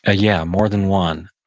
ah yeah, more than one.